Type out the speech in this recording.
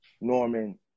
Norman